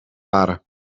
waren